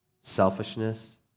Selfishness